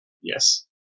Yes